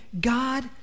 God